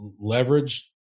leverage